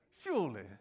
surely